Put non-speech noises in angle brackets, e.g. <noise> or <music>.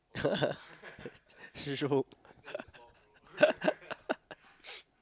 <laughs> <laughs>